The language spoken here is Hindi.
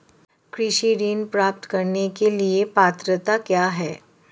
कृषि ऋण प्राप्त करने की पात्रता क्या है?